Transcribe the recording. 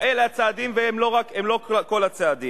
אלה הצעדים, והם לא כל הצעדים.